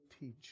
teach